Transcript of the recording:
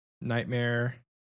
Nightmare